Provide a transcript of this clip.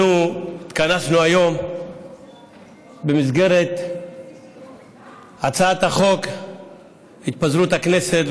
אנחנו התכנסנו היום במסגרת הצעת החוק התפזרות הכנסת,